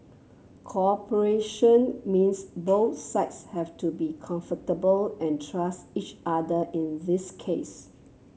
cooperation means both sides have to be comfortable and trust each other in this case